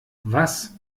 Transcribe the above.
was